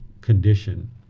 condition